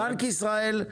בנק ישראל,